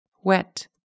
Wet